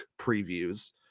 previews